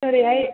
ओरैहाय